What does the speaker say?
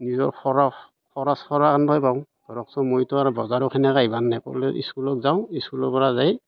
নিজৰ খৰচ খৰচ কৰা পাওঁ ধৰক চোন মইতো আৰু বজাৰৰখিনি ইমান নাপালেও স্কুলত যাওঁ স্কুলৰ পৰা যাই